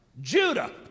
Judah